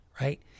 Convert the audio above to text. right